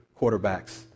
quarterbacks